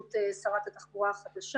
בראשות שרת התחבורה החדשה.